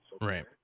Right